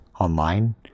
online